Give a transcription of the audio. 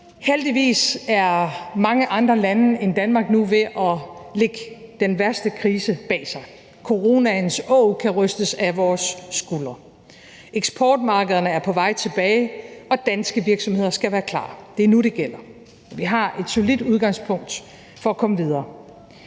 Heldigvis er mange andre lande end Danmark nu ved at lægge den værste krise bag sig. Coronaens åg kan rystes af vores skuldre. Eksportmarkederne er på vej tilbage, og danske virksomheder skal være klar. Det er nu, det gælder. Vi har et solidt udgangspunkt for at komme videre.